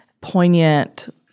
poignant